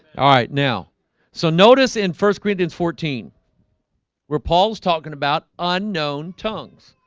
ah right now so notice in first corinthians fourteen where paul's talking about unknown tongues?